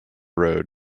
road